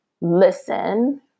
listen